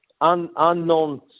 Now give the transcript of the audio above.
unknown